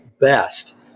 best